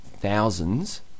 thousands